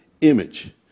image